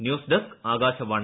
news desk Akashvani